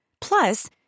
Plus